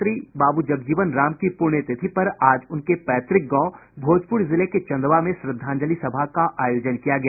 पूर्व उप प्रधानमंत्री बाबू जगजीवन राम की पुण्यतिथि पर आज उनके पैतक गांव भोजपुर जिले के चंदवा में श्रद्वांजलि सभा का आयोजन किया गया